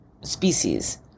species